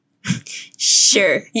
sure